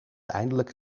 eindelijk